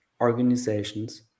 organizations